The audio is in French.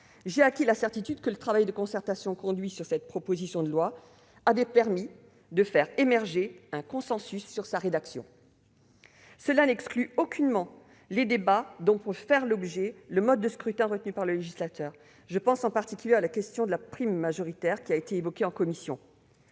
j'ai acquis la certitude que le travail de concertation mené sur cette proposition de loi avait permis de faire émerger un consensus sur sa rédaction. Cela n'exclut aucunement les débats dont peut faire l'objet le mode de scrutin retenu par le législateur. Je pense en particulier à la question de la prime majoritaire, qui a été évoquée en commission.